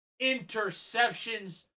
interceptions